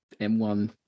m1